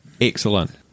Excellent